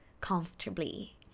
comfortably